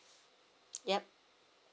yup